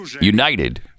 united